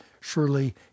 Surely